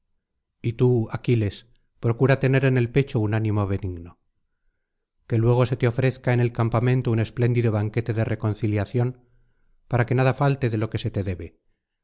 y tú aquiles procura tener en el pecho un ánimo benigno que luego se te ofrezca en el campamento un espléndido banquete de reconciliación para que nada falte de lo que se te debe